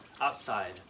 outside